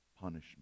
punishment